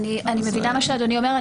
אני מבינה את מה שאדוני אומר,